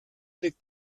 liegt